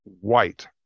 white